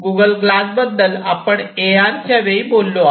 Google Glass बद्दल आपण A R च्या वेळी बोललो आहे